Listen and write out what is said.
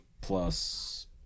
plus